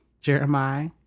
Jeremiah